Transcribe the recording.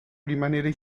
rimanere